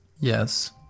Yes